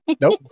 Nope